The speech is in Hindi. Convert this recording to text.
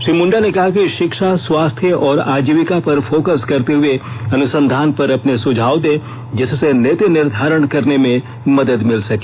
श्री मुण्डा ने कहा कि शिक्षा स्वास्थ्य और आजीविका पर फोकस करते हुए अनुसंधान पर अपने सुझाव दें जिससे नीति निर्धारण करने में मदद मिल सके